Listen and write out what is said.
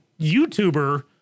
YouTuber